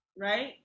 Right